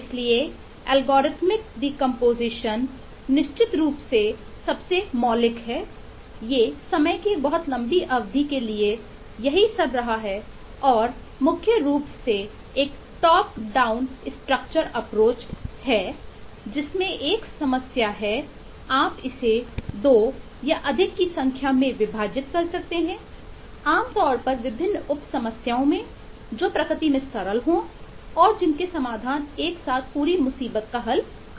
इसलिए algorithm decomposition हैजिसमें एक समस्या है आप इसे 2 या अधिक की संख्या में विभाजित कर सकते हैं आमतौर पर विभिन्न उप समस्याओं में जो प्रकृति में सरल हैं और जिनके समाधान एक साथ पूरी मुसीबत का हल कर सकते हैं